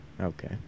Okay